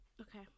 Okay